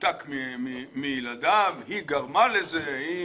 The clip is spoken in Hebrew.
נותק מילדיו והיא מבחינתו גרמה לזה.